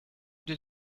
did